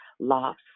loss